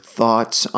thoughts